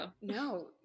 No